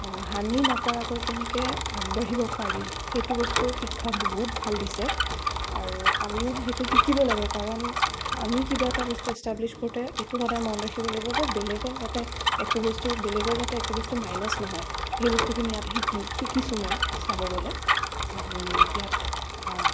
হানি নকৰাকৈ কেনেকৈ আগবাঢ়িব পাৰি সেইটো বস্তুৰ শিক্ষা বহুত ভাল দিছে আৰু আমিও সেইটো শিকিব লাগে কাৰণ আমি কিবা এটা বস্তু এষ্টাবলিছ কৰোঁতে এইটো সদায় মনত ৰাখিব লাগিব যে বেলেগে যাতে একো বস্তু বেলেগৰ যাতে একো বস্তু মাইনাচ নহয় সেই বস্তুখিনি ইয়াত শিকি শিকিছোঁ মই চাব গ'লে আৰু ইয়াত